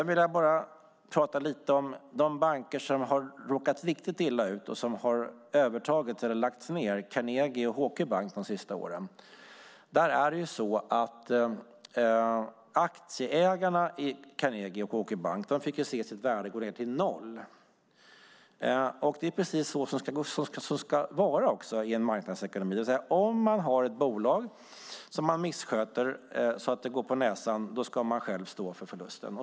I de banker som har råkat riktigt illa ut och övertagits eller lagts ned de senaste åren, Carnegie och HQ Bank, fick aktieägarna se sitt värde gå ned till noll. Det är precis som det ska i en marknadsekonomi. Har man ett bolag som missköts så att det går på näsan ska man själv stå för förlusten.